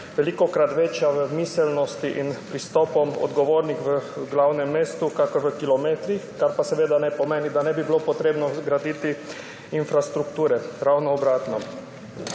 velikokrat večja v miselnosti in pristopih odgovornih v glavnem mestu kakor v kilometrih. Kar pa seveda ne pomeni, da ne bi bilo potrebno zgraditi infrastrukture. Ravno obratno.